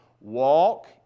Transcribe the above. Walk